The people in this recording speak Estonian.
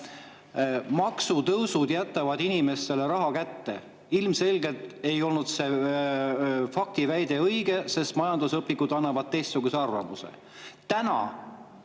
maksutõusud jätavad inimestele raha kätte. Ilmselgelt ei olnud see faktiväide õige, sest majandusõpikud annavad teistsuguse arvamuse. Täna